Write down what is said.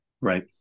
Right